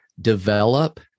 develop